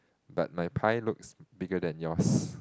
but my pie looks bigger than yours